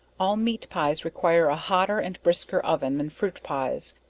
all meat pies require a hotter and brisker oven than fruit pies,